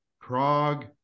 Prague